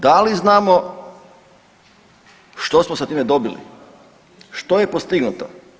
Da li znamo što smo sa time dobili, što je postignuto?